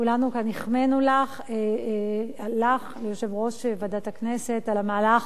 כולנו כאן החמאנו לך וליושב-ראש ועדת הכנסת על המהלך.